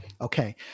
okay